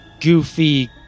goofy